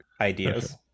ideas